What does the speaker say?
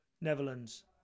Netherlands